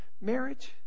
marriage